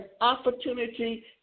opportunity